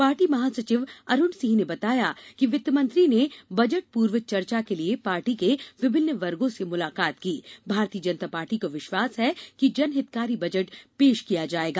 party महासचिव अरुण सिंह ने बताया कि वित्त मंत्री ने बजट पूर्व चर्चा के लिए पार्टी के विभिन्न वर्गो से मुलाकात की और भारतीय जनता पार्टी को विश्वास है कि जन हितकारी बजट पेश किया जाएगा